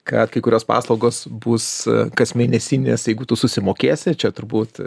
kad kai kurios paslaugos bus kasmėnesinės jeigu tu susimokėsi čia turbūt